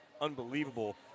unbelievable